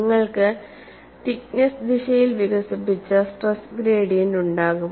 നിങ്ങൾക്ക് തിക്നെസ്സ് ദിശയിൽ വികസിപ്പിച്ച സ്ട്രെസ് ഗ്രേഡിയന്റ് ഉണ്ടാകും